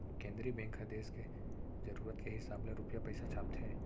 केंद्रीय बेंक ह देस के जरूरत के हिसाब ले रूपिया पइसा छापथे